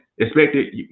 expected